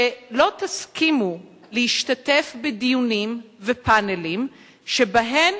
שלא תסכימו להשתתף בדיונים ופאנלים שבהם